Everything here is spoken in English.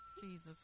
Jesus